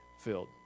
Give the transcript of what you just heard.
filled